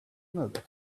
another